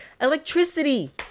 Electricity